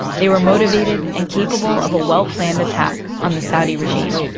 they were motivated and capable of a well-planned attack on the saudi regime.